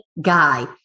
guy